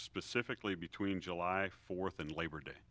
specifically between july fourth and labor